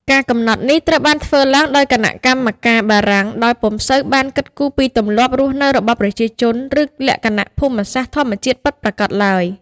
ការកំណត់នេះត្រូវបានធ្វើឡើងដោយគណៈកម្មការបារាំង ដោយពុំសូវបានគិតគូរពីទម្លាប់រស់នៅរបស់ប្រជាជន ឬលក្ខណៈភូមិសាស្ត្រធម្មជាតិពិតប្រាកដឡើយ។